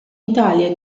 italia